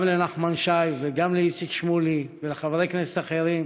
גם לנחמן שי וגם לאיציק שמולי, ולחברי כנסת אחרים,